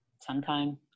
sometime